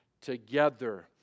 together